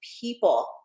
people